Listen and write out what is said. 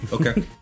Okay